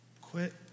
Quit